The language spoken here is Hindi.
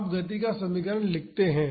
अब गति का समीकरण लिखते हैं